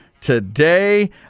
today